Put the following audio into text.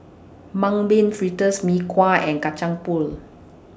Mung Bean Fritters Mee Kuah and Kacang Pool